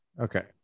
Okay